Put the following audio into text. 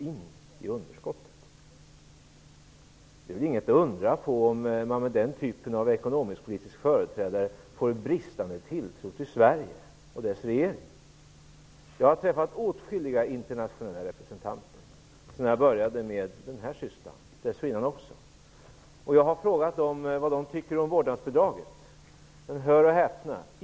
Det är väl inte att undra på om man med den typen av ekonomisk-politiska företrädare får en bristande tilltro till Sverige och dess regering. Jag har träffat åtskilliga internationella representanter sedan jag började i min nuvarande syssla, och även dessförinnan, och jag har frågat dem om vad de tycker om vårdnadsbidraget. Men hör och häpna!